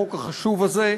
החוק החשוב הזה,